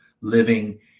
living